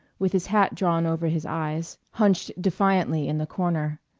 with his hat drawn over his eyes, hunched defiantly in the corner.